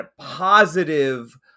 positive